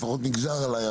לפחות נגזר עליי,